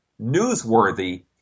newsworthy